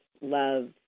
love